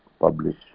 publish